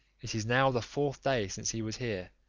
it is now the fourth day since he was here,